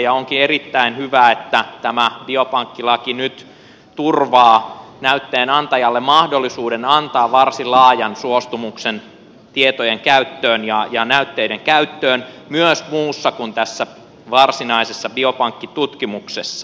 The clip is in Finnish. onkin erittäin hyvä että tämä biopankkilaki nyt turvaa näytteenantajalle mahdollisuuden antaa varsin laajan suostumuksen tietojen ja näytteiden käyttöön myös muussa kuin tässä varsinaisessa biopankkitutkimuksessa